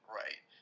right